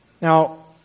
Now